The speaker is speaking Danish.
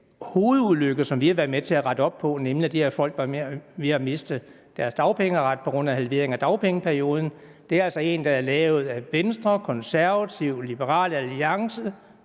hovedulykke, som vi har været med til at rette op på, nemlig at de her folk var ved at miste deres dagpengeret på grund af halveringen af dagpengeperioden, er altså en, der er lavet af Venstre, Konservative, Liberal Alliance